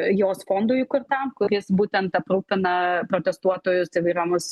jos fondui įkurtam kuris būtent aprūpina protestuotojus įvairiomis